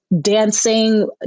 dancing